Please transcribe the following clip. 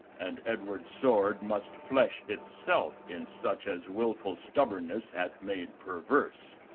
and edward's sword must flesh it self in such as wilful stubbornness hath made perverse.